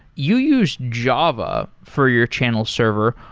you use java for your channel server.